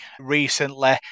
recently